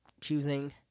choosing